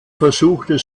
versuchte